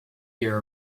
year